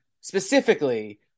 specifically